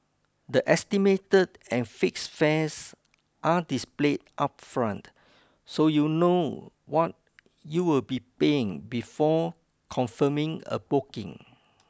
the estimated and fixed fares are displayed upfront so you know what you'll be paying before confirming a booking